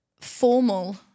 formal